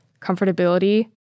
comfortability